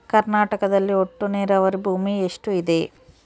ಕರ್ನಾಟಕದಲ್ಲಿ ಒಟ್ಟು ನೇರಾವರಿ ಭೂಮಿ ಎಷ್ಟು ಇದೆ?